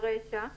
באופן יחסי